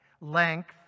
length